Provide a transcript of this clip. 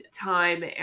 time